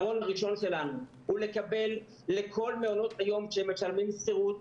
הפתרון הראשון שלנו הוא לקבל לכל מעונות היום שמשלמים שכירות,